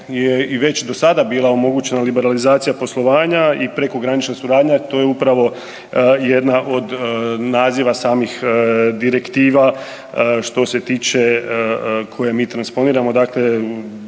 je već i do sada bila omogućena liberalizacija poslovanja i prekogranična suradnja. To je upravo jedan od naziva samih direktiva što se tiče koje mi transponiramo, to je